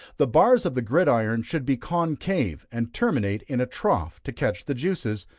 the bars of the gridiron should be concave, and terminate in a trough, to catch the juices,